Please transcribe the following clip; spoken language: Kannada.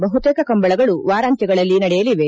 ಬಹುತೇಕ ಕಂಬಳಗಳು ವಾರಾಂತ್ಯಗಳಲ್ಲಿ ನಡೆಯಲಿವೆ